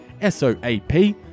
S-O-A-P